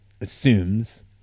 assumes